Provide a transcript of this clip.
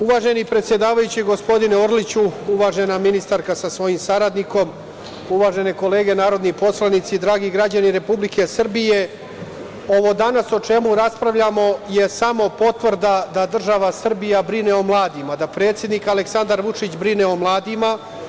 Uvaženi predsedavajući, gospodine Orliću, uvažena ministarka sa svojim saradnikom, uvažene kolege narodni poslanici, dragi građani Republike Srbije, ovo danas o čemu raspravljamo je samo potvrda da država Srbija brine o mladima, da predsednik Aleksandar Vučić brine o mladima.